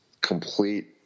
complete